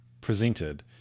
presented